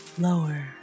lower